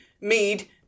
mead